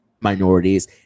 minorities